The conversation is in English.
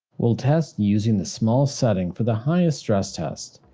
we'll test using the small setting for the highest stress test.